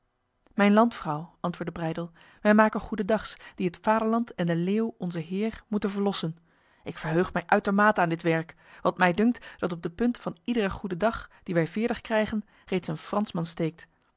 mijn landvrouw antwoordde breydel wij maken goedendags die het vaderland en de leeuw onze heer moeten verlossen ik verheug mij uitermate aan dit werk want mij dunkt dat op de punt van iedere goedendag die wij veerdig krijgen reeds een fransman steekt